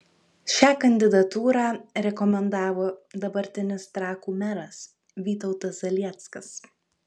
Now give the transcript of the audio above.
šią kandidatūrą rekomendavo dabartinis trakų meras vytautas zalieckas